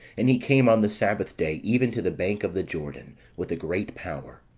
and he came on the sabbath day even to the bank of the jordan, with a great power.